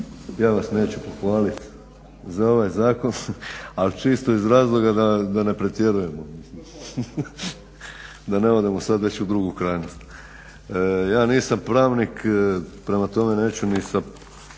Ja vas neću pohvalit za ovaj zakon, ali čisto iz razloga da ne pretjerujemo, da ne odemo sad već u drugu krajnost. Ja nisam pravnik, prema tome neću ni sa